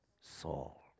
Saul